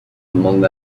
among